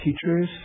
teachers